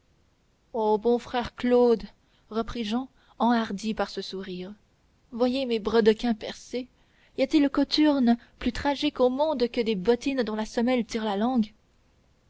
oh bon frère claude reprit jehan enhardi par ce sourire voyez mes brodequins percés y a-t-il cothurne plus tragique au monde que des bottines dont la semelle tire la langue